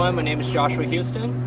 um name is joshua houston,